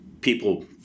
people